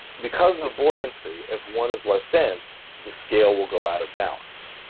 because of buoyancy, if one is less dense, the scale will go out of balance.